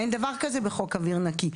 אין דבר כזה בחוק אוויר נקי,